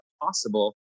possible